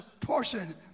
portion